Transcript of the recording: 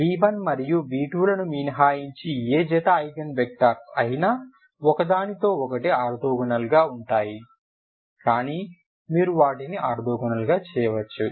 v1మరియు v2లు మినహాయించి ఏ జత ఐగెన్ వెక్టర్స్ అయినా ఒకదానికొకటి ఆర్తోగోనల్ గా ఉంటాయి కానీ మీరు వాటిని ఆర్తోగోనల్ గా చేయవచ్చు